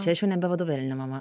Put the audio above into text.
čia aš jau nebe vadovėlinė mama